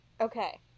Okay